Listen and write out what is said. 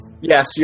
Yes